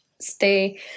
stay